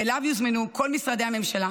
ואליו יוזמנו כל משרדי הממשלה,